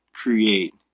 create